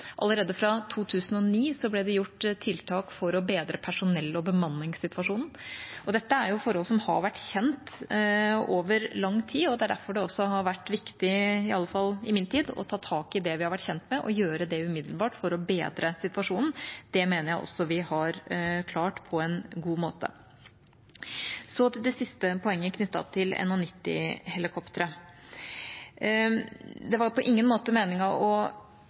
Allerede fra 2009 ble det gjort tiltak for å bedre personell- og bemanningssituasjonen. Dette er forhold som har vært kjent over lang tid, og derfor har det også vært viktig, iallfall i min tid, å ta tak i det vi har vært kjent med, og gjøre det umiddelbart for å bedre den situasjonen. Det mener jeg også vi har klart på en god måte. Så til det siste poenget, knyttet til NH90-helikoptre: Det var på ingen måte meningen å